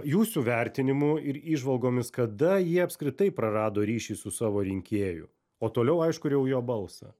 jūsų vertinimu ir įžvalgomis kada jie apskritai prarado ryšį su savo rinkėju o toliau aišku ir jau jo balsą